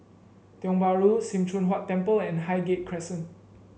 Tiong Bahru Sim Choon Huat Temple and Highgate Crescent